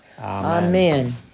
Amen